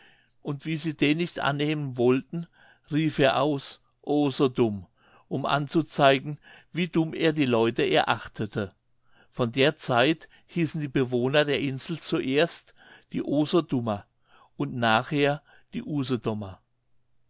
und wie sie den nicht annehmen wollten rief er aus o so dumm um anzuzeigen wie dumm er die leute erachtete von der zeit hießen die bewohner der insel zuerst die osodummer und nachher die usedomer